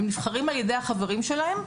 שנבחרים על ידי החברים שלהם,